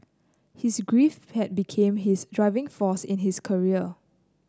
his grief had become his driving force in his career